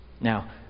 Now